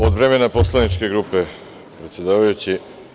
Od vremena poslaničke grupe, predsedavajući.